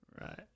right